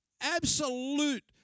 absolute